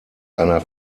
einer